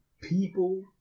people